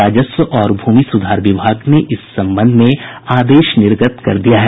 राजस्व और भूमि सुधार विभाग ने इस संबंध में आदेश निर्गत कर दिया है